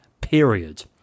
period